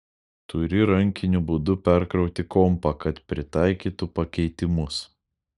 turi rankiniu būdu perkrauti kompą kad pritaikytų pakeitimus